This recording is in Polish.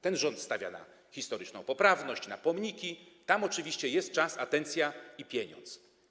Ten rząd stawia na historyczną poprawność, na pomniki, tam oczywiście jest czas, atencja i pieniądz.